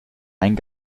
einen